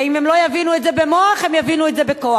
ואם הם לא יבינו את זה במוח, הם יבינו את זה בכוח.